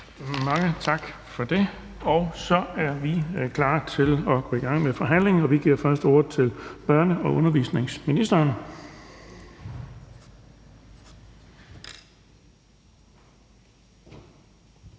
Mange tak for det. Så er vi klar til at gå i gang med forhandlingen, og vi giver først ordet til børne- og undervisningsministeren.